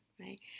right